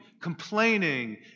complaining